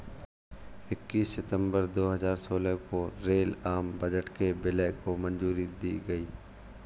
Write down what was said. इक्कीस सितंबर दो हजार सोलह को रेल और आम बजट के विलय को मंजूरी दे दी गयी